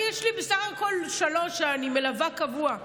יש לי בסך הכול שלוש שאני מלווה קבוע.